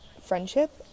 friendship